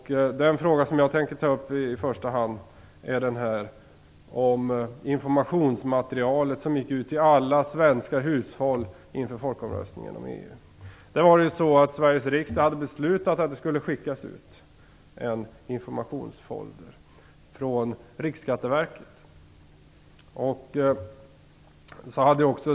Den fråga som jag i första hand tänker ta upp är den om det informationsmaterial som gick ut till alla svenska hushåll inför folkomröstningen om EU. Sveriges riksdag hade beslutat att det skulle skickas ut en informationsfolder från Riksskatteverket.